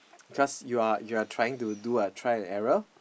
cause you are you are trying to do a trial and error